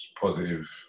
positive